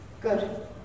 Good